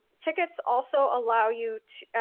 tickets also allow you,